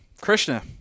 Krishna